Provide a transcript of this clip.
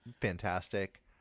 fantastic